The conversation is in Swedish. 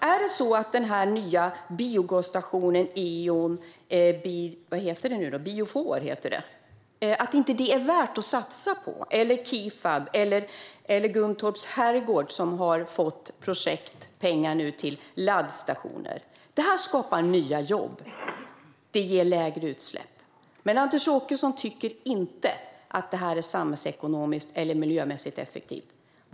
Är det inte värt att satsa på den nya biogasstationen Eon Biofor, på Kifab eller på Guntorps herrgård, som nu har fått projektpengar till laddstationer? Detta skapar nya jobb och ger lägre utsläpp. Men Anders Åkesson tycker inte att det är samhällsekonomiskt eller miljömässigt effektivt.